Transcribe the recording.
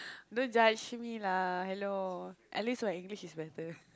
don't judge me lah hello at least my English is better